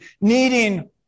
needing